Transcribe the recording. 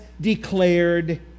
declared